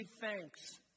thanks